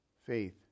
faith